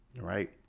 right